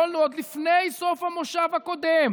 יכולנו עוד לפני סוף המושב הקודם